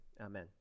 amen